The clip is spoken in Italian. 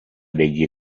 degli